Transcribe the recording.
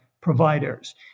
providers